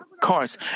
cars